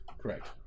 Correct